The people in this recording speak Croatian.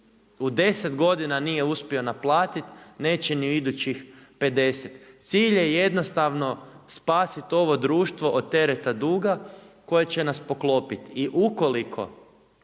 u 10 godina nije uspio naplatit, neće ni u idućih 50. Cilj je jednostavno spasiti ovo društvo od tereta duga koje će nas poklopit